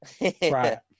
Right